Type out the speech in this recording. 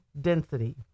density